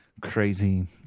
crazy